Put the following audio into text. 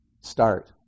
start